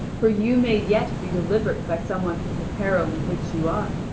for you may yet be delivered by some one from the peril in which you are.